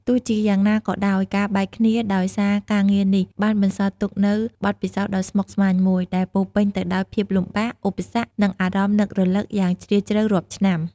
ទោះជាយ៉ាងណាក៏ដោយ ការបែកគ្នាដោយសារការងារនេះ បានបន្សល់ទុកនូវបទពិសោធន៍ដ៏ស្មុគស្មាញមួយ ដែលពោរពេញទៅដោយភាពលំបាក ឧបសគ្គ និងអារម្មណ៍នឹករលឹកយ៉ាងជ្រាលជ្រៅរាប់ឆ្នាំ។